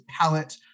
palette